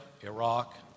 Iraq